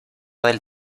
del